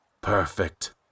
Perfect